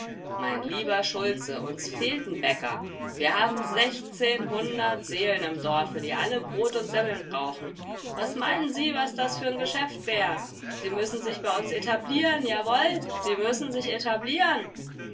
mein lieber schulze uns fehlt n bäcker wir haben sechzehnhundert seelen im dorfe die alle brot und semmeln brauchen was meinen sie was das für'n geschäft wär sie müssen sich bei uns etablieren jawohl sie müssen sich etablieren